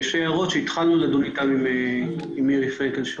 יש בו הערות שהתחלנו לדון עליהן עם מירי פרנקל-שור.